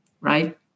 right